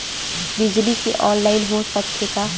बिजली के ऑनलाइन हो सकथे का?